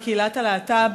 לקהילת הלהט"ב,